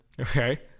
Okay